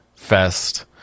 fest